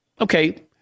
Okay